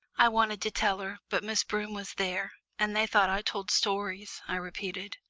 i wanted to tell her, but miss broom was there, and they thought i told stories, i repeated.